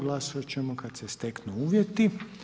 Glasovati ćemo kad se steknu uvjeti.